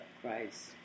Christ